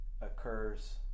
occurs